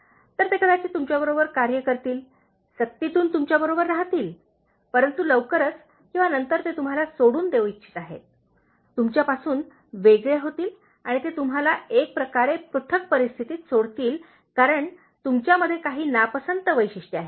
तर ते कदाचित तुमच्याबरोबर कार्य करतील सक्तीतून तुमच्या बरोबर रहातील परंतु लवकरच किंवा नंतर ते तुम्हाला सोडून देऊ इच्छित आहेत तुमच्यापासून वेगळे होतील आणि ते तुम्हाला एक प्रकारे पृथक परिस्थितीत सोडतील कारण तुमच्यामध्ये काही नापसंत वैशिष्ट्ये आहेत